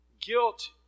Guilt